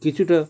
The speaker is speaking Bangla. কিছুটা